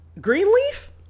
Greenleaf